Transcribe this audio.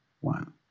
one